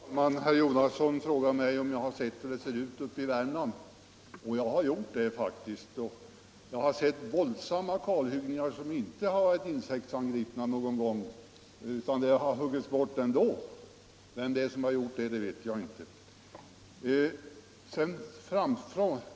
Herr talman! Herr Jonasson frågar mig om jag har sett hur det ser ut i Värmland. Jag har faktiskt gjort det, och jag har sett våldsamma kalhyggen, som inte varit insektsangripna. Skogen har huggits bort ändå. Vem som har gjort det vet jag inte.